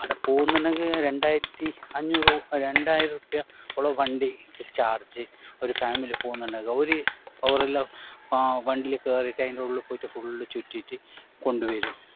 ആടെ പോകുന്നുണ്ടെങ്കിൽ രണ്ടായിരത്തി അഞ്ഞൂറ് രണ്ടായിരം റുപ്പിയ ഉള്ള വണ്ടി ചാർജ് ഒരു ഫാമിലി പോകുന്നുണ്ടെങ്കിൽ ഒരു അവരെല്ലാം വണ്ടിയിൽ കയറിയിട്ട് അതിൻ്റെ ഉള്ളിൽ പോയിട്ട് ഫുള്ള് ചുറ്റിയിട്ട് കൊണ്ടു വരും